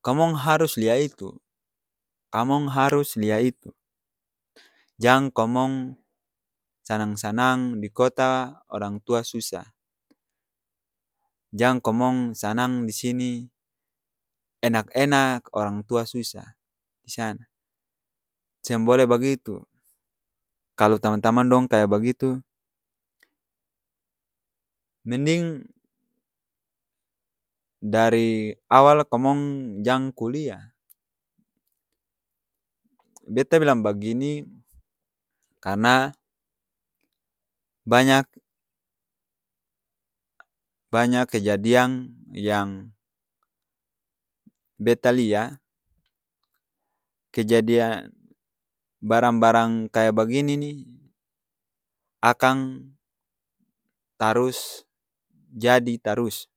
komong harus lia itu! Kamong harus lia itu jang komong, sanang-sanang di kota, orang tua susah, jang komong sanang di sini, enak-enak, orang tua susah di sana, seng bole bagitu! Kalu tamang-tamang dong kaya bagitu, mending dari awal komong jang kuliah, beta bilang bagini, karna banyak, banyak kejadiang yang beta lia kejadian barang-barang kaya bagini ni, akang tarus jadi tarus.